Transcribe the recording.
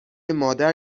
مادر